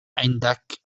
عندك